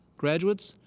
graduates,